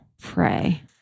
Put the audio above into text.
pray